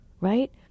right